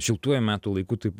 šiltuoju metų laiku taip